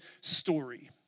story